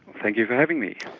thank you for having me.